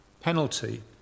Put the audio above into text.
penalty